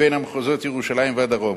מבין המחוזות ירושלים והדרום.